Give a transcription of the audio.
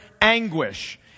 anguish